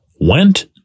went